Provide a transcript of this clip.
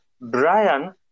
Brian